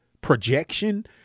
projection